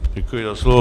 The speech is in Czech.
Děkuji za slovo.